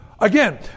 Again